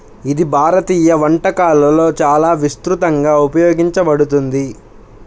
ఇది భారతీయ వంటకాలలో చాలా విస్తృతంగా ఉపయోగించబడుతుంది